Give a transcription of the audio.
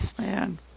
man